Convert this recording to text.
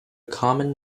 common